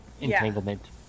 entanglement